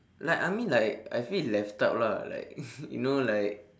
like I mean like I feel left out lah like you know like